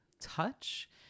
touch